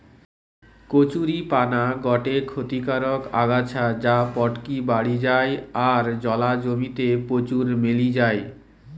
কচুরীপানা গটে ক্ষতিকারক আগাছা যা পটকি বাড়ি যায় আর জলা জমি তে প্রচুর মেলি যায়